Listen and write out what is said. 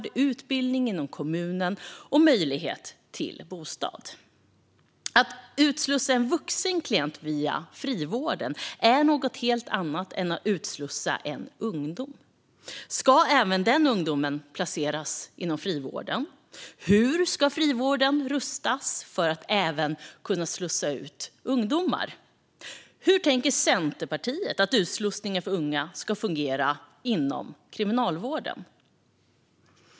Det handlar också om utbildning inom kommunen och om möjlighet till bostad. Att utslussa en vuxen klient via frivården är något helt annat än att utslussa en ungdom. Ska även denna ungdom placeras inom frivården? Hur ska frivården rustas för att även kunna slussa ut ungdomar? Hur tänker Centerpartiet att utslussningen av unga ska fungera inom Kriminalvården?